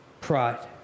pride